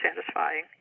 satisfying